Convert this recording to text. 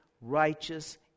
righteous